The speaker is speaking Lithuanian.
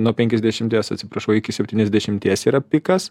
nuo penkiasdešimties atsiprašau iki septyniasdešimties yra pikas